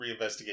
reinvestigate